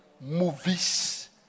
movies